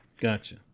Gotcha